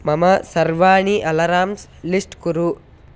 मम सर्वाणि alarms list कुरु